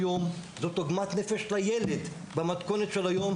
ולילד במתכונת של היום.